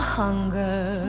hunger